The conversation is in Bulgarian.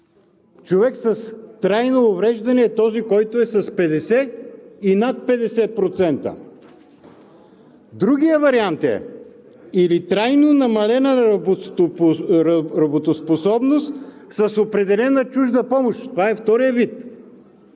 „човек с трайно увреждане“ е този, който е с 50 и над 50%. Другият вариант е: „или степен на трайно намалена работоспособност с определена чужда помощ“. Това е вторият вид.